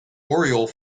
oriole